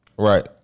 Right